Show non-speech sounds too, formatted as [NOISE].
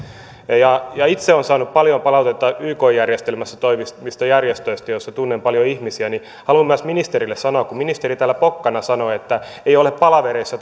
kun itse olen saanut paljon palautetta yk järjestelmässä toimivista järjestöistä joissa tunnen paljon ihmisiä niin haluan myös ministerille sanoa kun ministeri täällä pokkana sanoo että ei ole palavereissa [UNINTELLIGIBLE]